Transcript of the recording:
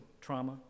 trauma